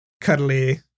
cuddly